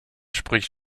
spricht